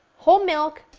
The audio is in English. whole milk,